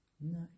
no